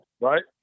right